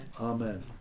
amen